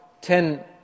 ten